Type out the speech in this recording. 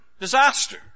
disaster